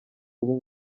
ubu